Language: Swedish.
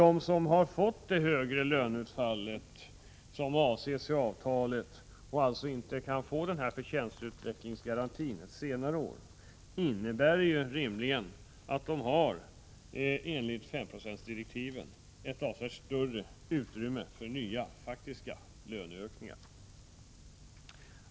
De som har fått det högre löneutfall som avses i avtalet — och alltså inte kan få förtjänstutvecklingsgaranti ett senare år — har ju rimligen enligt 5-procentsdirektiven ett avsevärt större utrymme för nya faktiska löneökningar.